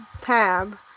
tab